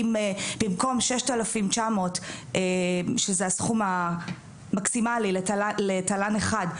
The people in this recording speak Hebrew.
אם במקום 6,900 שזה הסכום המקסימלי לתל"ן אחד,